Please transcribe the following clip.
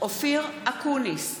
אופיר אקוניס,